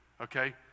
okay